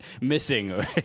missing